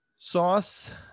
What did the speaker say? Sauce